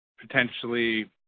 potentially